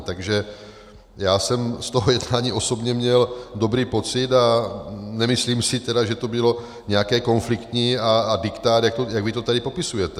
Takže já jsem z toho jednání osobně měl dobrý pocit, a nemyslím si tedy, že to bylo nějaké konfliktní a diktát, jak vy to tady popisujete.